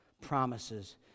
promises